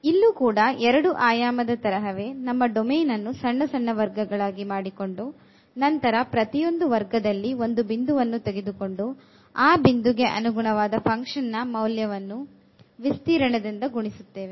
ಇಲ್ಲೂ ಕೂಡ ಎರಡು ಆಯಾಮದ ತರಹವೇ ನಮ್ಮ ಡೊಮೇನ್ ಅನ್ನು ಸಣ್ಣ ಸಣ್ಣ ವರ್ಗಗಳಾಗಿ ಮಾಡಿಕೊಂಡು ನಂತರ ಪ್ರತಿಯೊಂದು ವರ್ಗದಲ್ಲಿ ಒಂದು ಬಿಂದುವನ್ನು ತೆಗೆದುಕೊಂಡು ಆ ಬಿಂದುಗೆ ಅನುಗುಣವಾದ functionನ ಮೌಲ್ಯವನ್ನು ವಿಸ್ತೀರ್ಣ ದಿಂದ ಗುಣಿಸುತ್ತೇವೆ